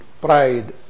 pride